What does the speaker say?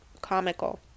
comical